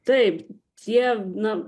taip tie na